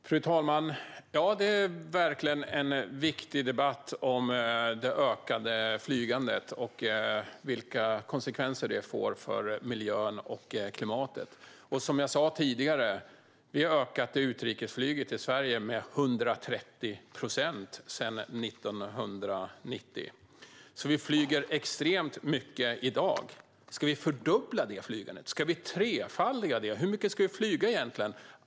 Fru talman! Ja, det är verkligen en viktig debatt om det ökande flygandet och vilka konsekvenser det får för miljön och klimatet. Som jag sa tidigare: Utrikesflyget i Sverige har ökat med 130 procent sedan 1990. Vi flyger alltså extremt mycket i dag. Ska vi fördubbla flygandet? Ska vi trefaldiga det? Hur mycket ska vi flyga egentligen?